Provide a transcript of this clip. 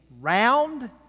round